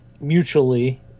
mutually